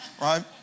right